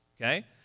okay